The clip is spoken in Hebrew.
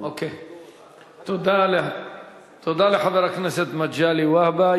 תודה לחבר הכנסת מגלי והבה.